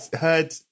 heard